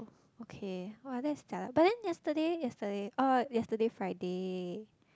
okay !wah! that's jialat but then yesterday yesterday oh yesterday Friday